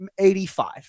85